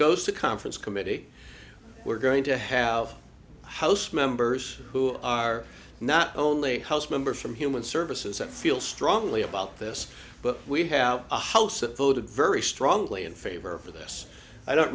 goes to conference committee we're going to have house members who are not only house members from human services that feel strongly about this but we have a house that voted very strongly in favor of this i don't